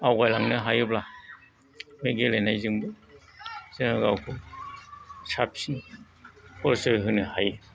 आवगायलांनो हायोब्ला बे गेलेनायजोंबो जों गावखौ साबसिन परिसय होनो हायो